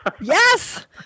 Yes